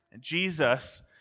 Jesus